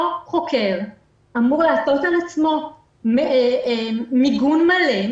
אותו חוקר אמור לעטות על עצמו מיגון מלא,